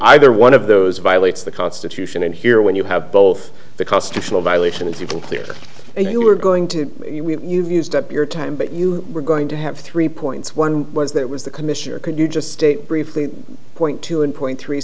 either one of those violates the constitution and here when you have both the constitutional violations you can clear and you are going to you've used up your time but you were going to have three points one was that was the commissioner could you just state briefly point two and point three